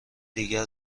دیگر